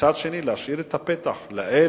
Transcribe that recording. מצד שני, להשאיר את הפתח לאלה,